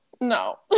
No